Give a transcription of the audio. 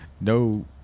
No